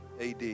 AD